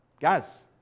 Guys